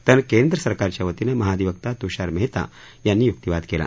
तर केंद्र सरकारच्या वतीनं महाधिवक्ता तुषार मेहता यांनी युक्तिवाद केला